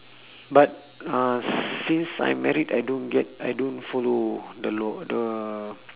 but uh since I married I don't get I don't follow the law the